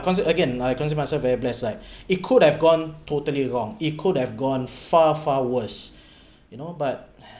conceive again I conceive myself very blessed like it could have gone totally wrong it could have gone far far worse you know but